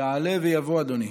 יעלה ויבוא, אדוני.